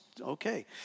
okay